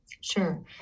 Sure